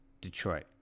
Detroit